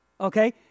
Okay